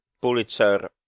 Pulitzer